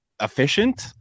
efficient